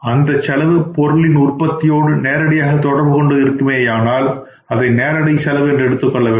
அந்தச் செலவு பொருளின் உற்பத்தியோடு நேரடியாக தொடர்பு கொண்டு இருக்குமேயானால் அதை நேரடி செலவு என்று எடுத்துக்கொள்ள வேண்டும்